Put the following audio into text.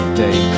day